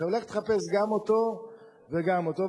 עכשיו לך תחפש גם אותו וגם אותו,